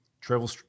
travel